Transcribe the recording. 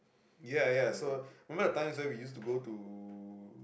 ya ya so remember the times where we used to go to